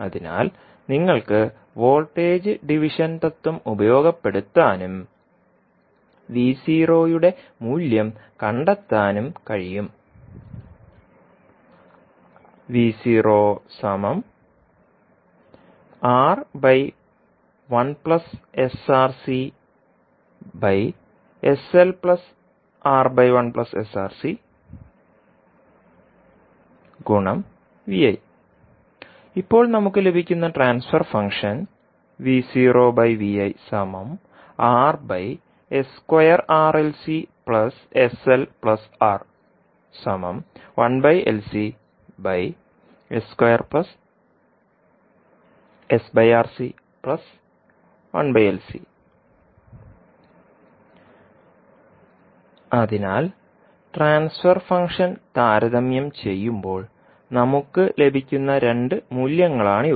അതിനാൽ നിങ്ങൾക്ക് voltage division തത്ത്വം ഉപയോഗപ്പെടുത്താനും യുടെ മൂല്യം കണ്ടെത്താനും കഴിയും ഇപ്പോൾ നമുക്ക് ലഭിക്കുന്ന ട്രാൻസ്ഫർ ഫംഗ്ഷൻ അതിനാൽ ട്രാൻസ്ഫർ ഫംഗ്ഷൻ താരതമ്യം ചെയ്യുമ്പോൾ നമുക്ക് ലഭിക്കുന്ന രണ്ട് മൂല്യങ്ങളാണിവ